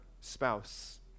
spouse